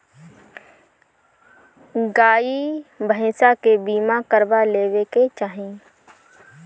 गाई भईसा के बीमा करवा लेवे के चाही